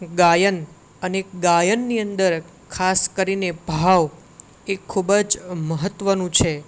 ગાયન અને ગાયનની અંદર ખાસ કરીને ભાવ એ ખૂબ જ મહત્ત્વનું છે